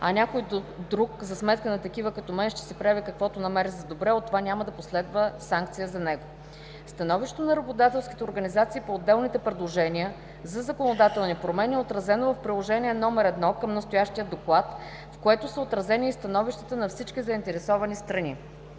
а някой друг, за сметка на такива като мен, ще си прави каквото намери за добре и от това няма да последва никаква санкция за него?“ Становището на работодателските организации по отделните предложения за законодателни промени е отразено в Приложение № 1 към настоящия доклад, в което са отразени и становищата на всички заинтересовани страни.